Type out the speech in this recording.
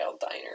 diner